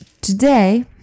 today